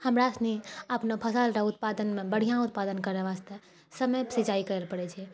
हमरासनी अपनऽ फसल रऽ उत्पादनमे बढ़िआँ उत्पादन करऽ वास्ते समयपर सिचाइ करऽ पड़ै छै